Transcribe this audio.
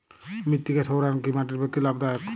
মৃত্তিকা সৌরায়ন কি মাটির পক্ষে লাভদায়ক?